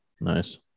Nice